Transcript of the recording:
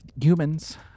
humans